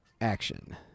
Action